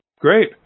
great